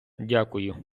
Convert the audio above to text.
дякую